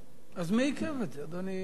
אז מי עיכב את זה, אדוני השר?